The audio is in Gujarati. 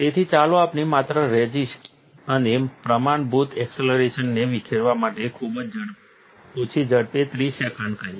તેથી ચાલો આપણે માત્ર રેઝિસ્ટ અને પ્રમાણભૂત એક્સેલરેશન ને વિખેરવા માટે ખૂબ જ ઓછી ઝડપે 30 સેકંડ કહીએ